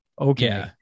okay